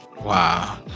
Wow